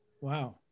wow